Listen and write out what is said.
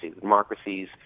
Democracies